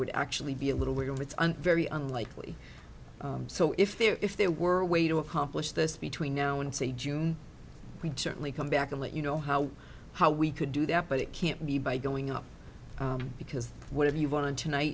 would actually be a little where your it's very unlikely so if there were a way to accomplish this between now and say june we certainly come back and let you know how how we could do that but it can't be by going up because whatever you want to tonight